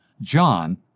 John